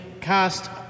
cast